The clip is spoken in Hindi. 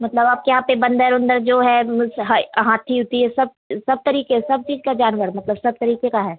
मतलब आपके यहाँ पर बंदर ओंदर जो है है हाथी ओथी यह सब सब तरीके सब चीज़ का जानवर मतलब सब तरीके का है